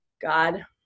God